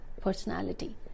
Personality